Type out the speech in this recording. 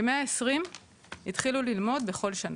כ- 120 התחילו ללמוד בכל שנה,